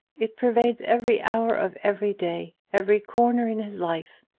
it pervades every hour of every day, every corner in his life!